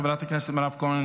חברת הכנסת מירב כהן,